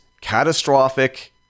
catastrophic